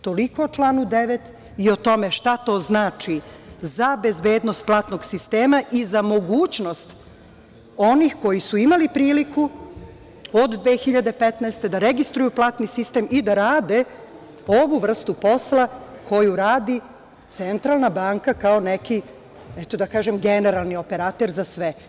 Toliko o članu 9. i o tome šta to znači za bezbednost platnog sistema i za mogućnost onih koji su imali priliku od 2015. godine da registruju platni sistem i da rade ovu vrstu posla koju radi Centralna banka kao neki, eto da kažem, generalni operater za sve.